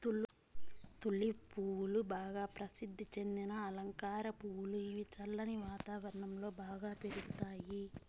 tulip పువ్వులు బాగా ప్రసిద్ది చెందిన అలంకార పువ్వులు, ఇవి చల్లని వాతావరణం లో బాగా పెరుగుతాయి